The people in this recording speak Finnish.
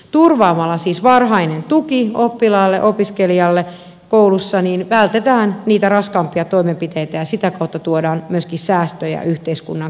turvaamalla siis varhainen tuki oppilaalle opiskelijalle koulussa vältetään niitä raskaampia toimenpiteitä ja sitä kautta tuodaan myöskin säästöjä yhteiskunnan kannalta